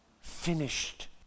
finished